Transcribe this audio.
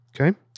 okay